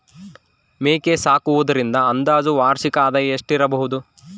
ಮೇಕೆ ಸಾಕುವುದರಿಂದ ಅಂದಾಜು ವಾರ್ಷಿಕ ಆದಾಯ ಎಷ್ಟಿರಬಹುದು?